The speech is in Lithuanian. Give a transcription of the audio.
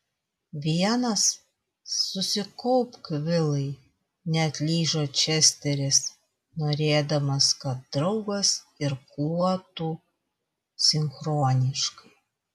vienas susikaupk vilai neatlyžo česteris norėdamas kad draugas irkluotų sinchroniškai